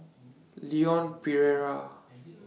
Leon Perera